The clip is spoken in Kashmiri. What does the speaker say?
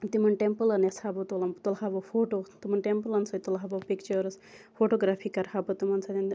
تِمَن ٹیٚمپلَن یَژھ ہا بہٕ تُلُن تُلہٕ ہا بہٕ فوٹو تِمَن ٹیٚمپلَن سۭتۍ تُلہٕ ہا بہٕ پِکچٲرس فوٹوگرافی کَرٕ ہا بہٕ تِمَن سۭتۍ